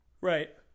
Right